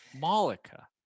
Malika